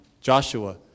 Joshua